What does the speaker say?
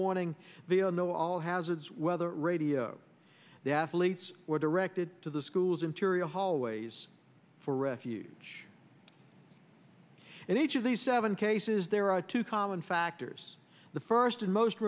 warning the all know all hazards weather radio the athletes were directed to the school's interior hallways for refuge and each of these seven cases there are two common factors the first and most